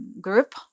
group